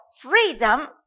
freedom